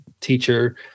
teacher